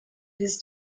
his